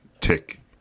Tick